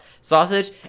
sausage